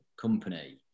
company